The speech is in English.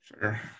Sure